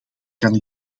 kan